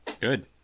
Good